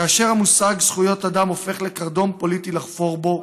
כאשר המושג זכויות אדם הופך לקרדום פוליטי לחפור בו,